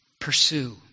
Pursue